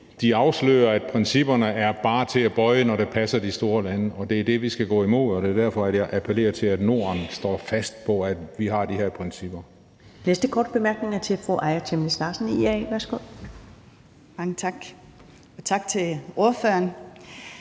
de afslører, at principperne bare er til at bøje, når det passer de store lande, og det er det, vi skal gå imod, og det er derfor, jeg appellerer til, at Norden står fast på, at vi har de her principper.